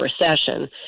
recession